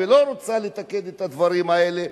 ולא רוצה לתקן את הדברים האלה,